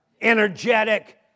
energetic